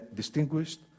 distinguished